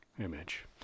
image